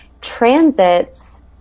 Transits